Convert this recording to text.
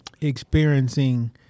experiencing